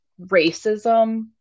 racism